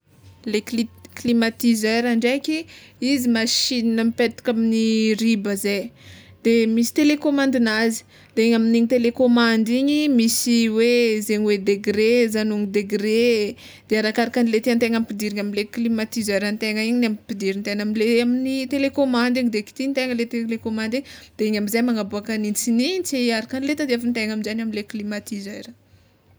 Le cli- climatiseur ndraiky, izy machina mipetaka amin'ny riba zay, de misy telecommandinazy de igny amign'igny telecommande igny misy hoe zegny hoe degre zany degre de arakaraka le tiantegna ampidirina amle climatiseurantegna igny no ampidirintegna amle amin'ny telecommande igny de kitihintegna le telecommande igny de igny amizay magnaboaka gnintsignintsy araka le tadiavintegna aminjegny amle climatiseur.